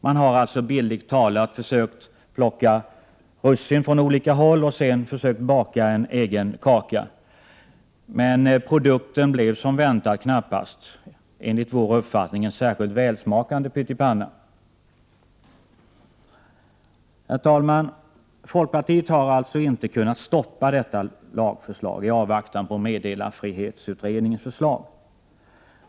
Man har alltså bildligt talat försökt plocka ”russin” från olika håll och sedan försökt ”baka en egen kaka”, men produkten blev som väntat knappast en särskilt välsmakande anrättning. Fru talman! Folkpartiet har inte kunnat stoppa detta lagförslag i avvaktan på meddelarfrihetsutredningens förslag.